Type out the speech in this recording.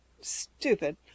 Stupid